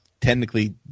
technically